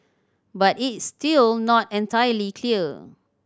but it's still not entirely clear